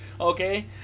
Okay